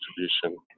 distribution